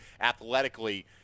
athletically